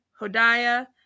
Hodiah